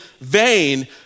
vain